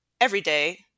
everyday